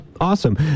Awesome